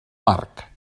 marc